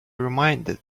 reminded